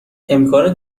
امکان